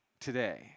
today